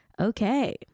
okay